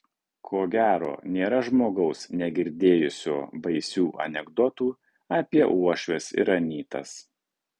ko gero nėra žmogaus negirdėjusio baisių anekdotų apie uošves ir anytas